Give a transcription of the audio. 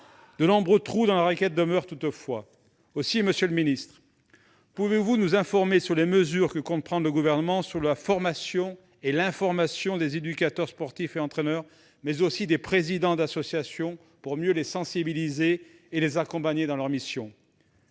De nombreux trous dans la raquette demeurent toutefois. Aussi, monsieur le secrétaire d'État, pouvez-vous nous informer des mesures que compte prendre le Gouvernement sur la formation et l'information des éducateurs sportifs et des entraîneurs, mais aussi des présidents d'association, pour mieux les sensibiliser et les accompagner dans leurs missions ?